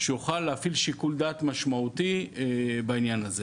שיוכל להפעיל שיקול דעת משמעותי בעניין הזה.